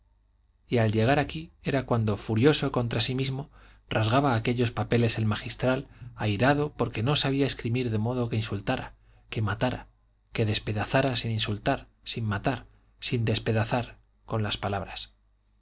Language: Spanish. y al llegar aquí era cuando furioso contra sí mismo rasgaba aquellos papeles el magistral airado porque no sabía escribir de modo que insultara que matara que despedazara sin insultar sin matar sin despedazar con las palabras